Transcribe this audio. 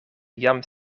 jam